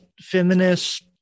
feminist